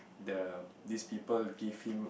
the these people give him